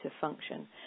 function